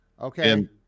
Okay